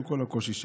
עם כל הקושי שהיה.